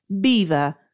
beaver